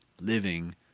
living